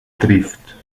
trifft